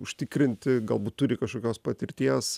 užtikrinti galbūt turi kažkokios patirties